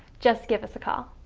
just give us a call.